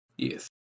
Yes